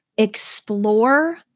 explore